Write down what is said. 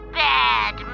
bad